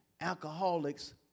Alcoholics